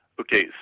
Okay